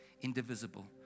indivisible